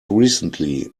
recently